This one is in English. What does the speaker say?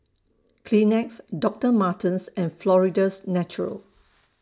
Kleenex Doctor Martens and Florida's Natural